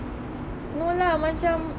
no lah macam